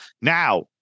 now